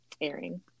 airing